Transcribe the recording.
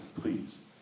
please